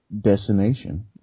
destination